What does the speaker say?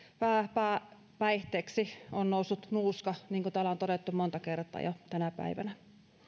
pääpäihteeksi on noussut nuuska niin kuin täällä on todettu monta kertaa jo tänä päivänä